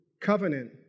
covenant